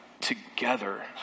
together